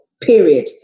period